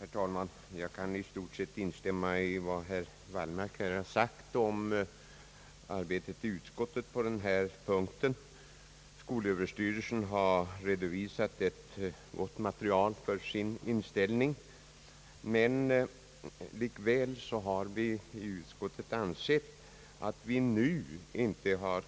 Herr talman! Jag kan i stort sett instämma i vad herr Wallmark här har sagt om utskottets arbete på denna punkt. Skolöverstyrelsen har redovisat ett gott material för sin inställning, men likväl har vi inom utskottet inte ansett oss nu